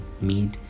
meat